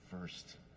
first